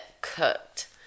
cooked